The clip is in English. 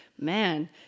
Man